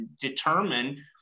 determine